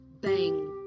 bang